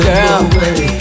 girl